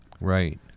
Right